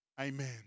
Amen